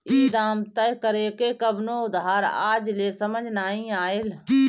ई दाम तय करेके कवनो आधार आज ले समझ नाइ आइल